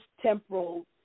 temporal